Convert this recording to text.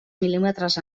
mil·límetres